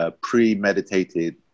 premeditated